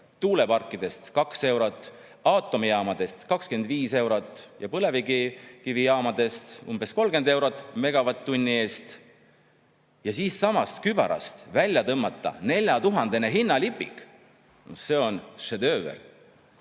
tuuleparkidest 2 eurot, aatomijaamadest 25 eurot ja põlevkivijaamadest umbes 30 eurot megavatt-tunni eest, ja siis samast kübarast välja tõmmata 4000-eurone hinnalipik – no see on šedööver!